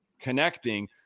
connecting